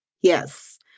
Yes